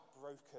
broken